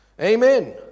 Amen